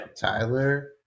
Tyler